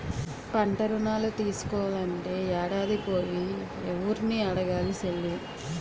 పంటరుణాలు తీసుకోలంటే యాడికి పోయి, యెవుర్ని అడగాలి సెల్లీ?